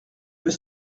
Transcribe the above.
veut